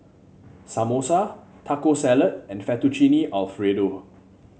Samosa Taco Salad and Fettuccine Alfredo